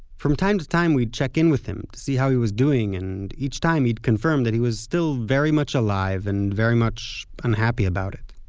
from time to time we'd check in with him, to see how he was doing. and each time he'd confirm that he was still very much alive, and very much unhappy about it